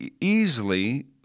easily